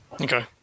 Okay